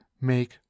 make